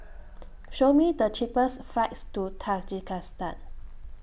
Show Me The cheapest flights to Tajikistan